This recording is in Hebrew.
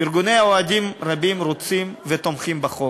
ארגוני אוהדים רבים רוצים ותומכים בחוק.